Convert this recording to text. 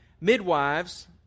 midwives